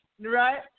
Right